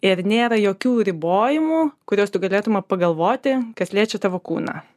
ir nėra jokių ribojimų kuriuos tu galėtum a pagalvoti kas liečia tavo kūną